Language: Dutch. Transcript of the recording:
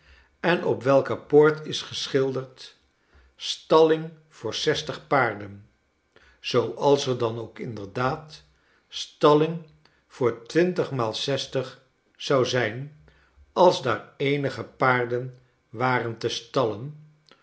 en op welker poort is geschilderd stalling voorzestig paarden zooals er dan ook inderdaad stalling voor twintigmaal zestig zou zijn als daar eenige paarden waren te stallen